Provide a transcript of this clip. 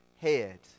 head